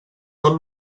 tot